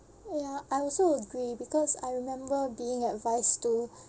ya I also agree because I remember being advised to